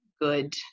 good